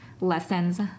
lessons